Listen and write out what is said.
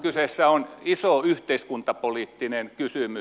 kyseessä on iso yhteiskuntapoliittinen kysymys